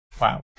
Wow